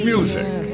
Music